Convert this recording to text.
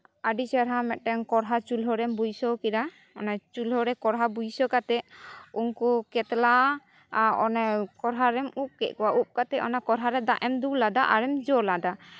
ᱟᱹᱰᱤ ᱪᱮᱦᱨᱟ ᱢᱤᱫᱴᱟᱱ ᱠᱚᱲᱦᱟ ᱪᱩᱞᱦᱟᱹ ᱨᱮ ᱵᱟᱹᱭᱥᱟᱹᱣ ᱠᱮᱫᱟ ᱪᱩᱞᱦᱟᱹ ᱨᱮ ᱠᱚᱲᱦᱟ ᱵᱟᱹᱭᱥᱟᱹ ᱠᱟᱛᱮᱫ ᱩᱱᱠᱩ ᱠᱟᱛᱞᱟ ᱟᱜ ᱠᱚᱲᱦᱟ ᱨᱮᱢ ᱩᱵ ᱠᱮᱫ ᱠᱚᱣᱟ ᱩᱵ ᱠᱟᱛᱮᱫ ᱚᱱᱟ ᱠᱚᱲᱦᱟ ᱨᱮ ᱫᱟᱜ ᱮᱢ ᱫᱩᱞ ᱟᱫᱟ ᱟᱨᱮᱢ ᱡᱳᱞ ᱟᱫᱟ